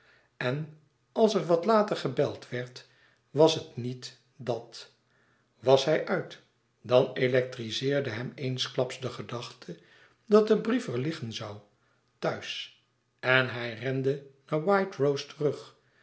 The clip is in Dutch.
en als er wat later gebeld werd was het niet dàt was hij uit dan electrizeerde hem eensklaps de gedachte dat de brief er liggen zoû thuis en hij rende naar white rose terug